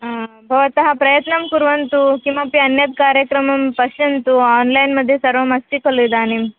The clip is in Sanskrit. हा भवन्तः प्रयत्नं कुर्वन्तु किमपि अन्यत् कार्यक्रमं पश्यन्तु आन्लैन्मध्ये सर्वमस्ति खलु इदानीम्